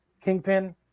Kingpin